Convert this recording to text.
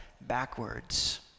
backwards